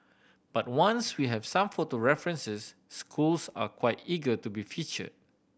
but once we have some photo references schools are quite eager to be featured